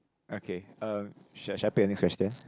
okay um should I should I pick the next question